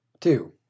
Two